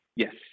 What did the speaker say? Yes